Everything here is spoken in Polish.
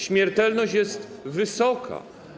Śmiertelność jest wysoka.